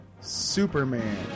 superman